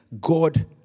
God